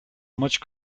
much